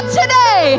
today